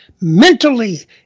mentally